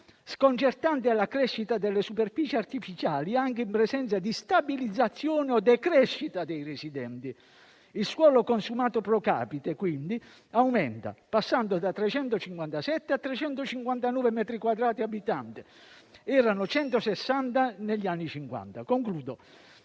sconcertante la crescita di superfici artificiali, anche in presenza di stabilizzazione o decrescita dei residenti. Il suolo consumato *pro capite*, quindi, aumenta, passando da 357 a 359 metri quadrati per abitante. Erano 160 negli anni Cinquanta.